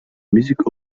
musique